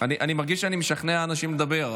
אני מרגיש שאני משכנע אנשים לדבר,